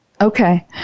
Okay